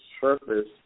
surface